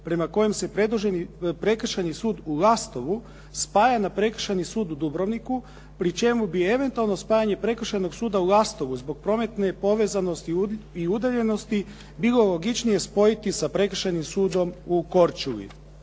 prema kojem se prekršajni sud u Lastovu spaja na prekršajni sud u Dubrovniku pri čemu bi eventualno spajanje prekršajnog suda u Lastovu zbog prometne povezanosti u udaljenosti bilo logičnije spojiti sa prekršajnim sudom u Korčuli.